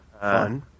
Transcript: Fun